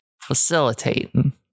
Facilitating